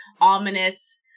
ominous